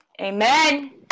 Amen